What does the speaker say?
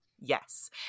Yes